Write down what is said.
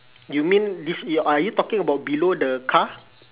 you mean this y~ are you talking about below the car